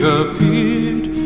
appeared